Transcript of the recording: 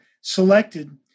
selected